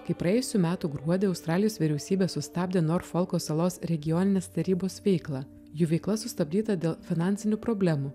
kai praėjusių metų gruodį australijos vyriausybė sustabdė norfolko salos regioninės tarybos veiklą jų veikla sustabdyta dėl finansinių problemų